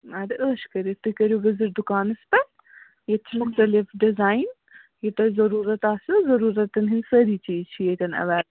اَدٕ عٲش کٔرِتھ تُہۍ کٔرِو وِزِٹ دُکانَس پٮ۪ٹھ ییٚتہِ چھِ مختلِف ڈِزایِن یہِ تۄہہِ ضٔروٗرَتھ آسِوٕ ضٔروٗرَتَن ہِنٛدۍ سٲری چیٖز چھِ ییٚتٮ۪ن اٮ۪وے